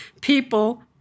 People